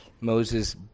Moses